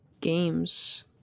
games